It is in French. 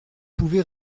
pouvez